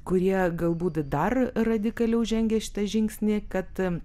kurie galbūt dar radikaliau žengė šitą žingsnį kad